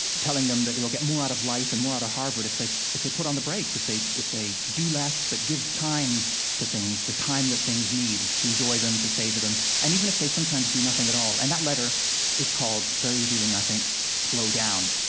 telling them that they'll get more out of life, and more out of harvard, if they if they put on the brakes, if they if they do less, but give time to things, the time that things need, to enjoy them, to savor them. and even if they sometimes do nothing at all. and that letter is called very revealing, i think slow down!